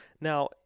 Now